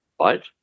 right